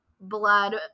blood